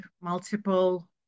multiple